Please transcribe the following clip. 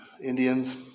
Indians